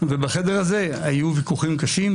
בחדר הזה היו ויכוחים קשים,